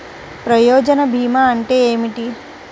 ప్రయోజన భీమా అంటే ఏమిటి?